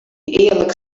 earlik